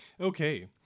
Okay